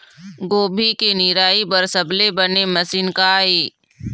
गोभी के निराई बर सबले बने मशीन का ये?